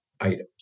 items